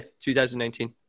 2019